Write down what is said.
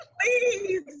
Please